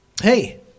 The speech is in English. hey